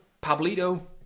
Pablito